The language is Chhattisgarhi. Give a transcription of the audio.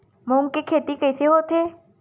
मूंग के खेती कइसे होथे?